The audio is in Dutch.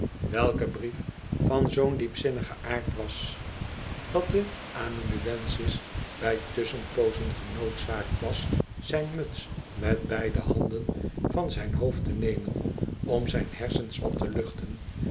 welke brief van zoo'n diepzinnigen aard was dat de amanuensis bij tusschenpoozen genoodzaakt was zijn muts met beide handen van zijn hoofd te nemen om zijn hersens wat te luchten